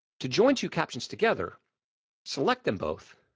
to join two captions together select them both,